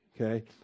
Okay